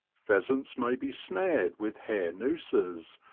pheasants may be snared with hair nooses,